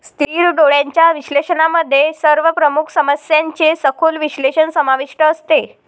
स्थिर डोळ्यांच्या विश्लेषणामध्ये सर्व प्रमुख समस्यांचे सखोल विश्लेषण समाविष्ट असते